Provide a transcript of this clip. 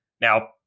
Now